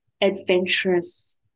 adventurous